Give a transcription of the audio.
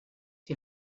die